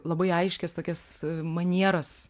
labai aiškias tokias manieras